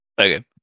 Okay